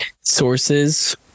sources